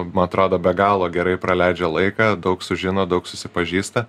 man atrodo be galo gerai praleidžia laiką daug sužino daug susipažįsta